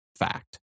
fact